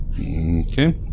Okay